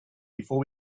before